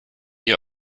ihr